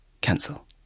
Cancel